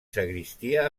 sagristia